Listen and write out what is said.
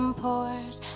pores